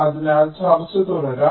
അതിനാൽ ചർച്ച തുടരാം